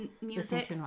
Music